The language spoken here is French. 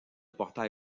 portail